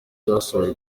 yashoboye